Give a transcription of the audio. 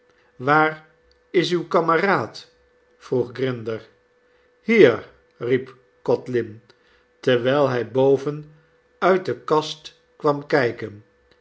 waar is uw kameraad vroeg grinder hier riep codlin terwijl hij boven uit de kast kwam kijken